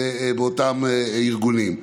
באותם ארגונים.